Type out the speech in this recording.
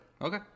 Okay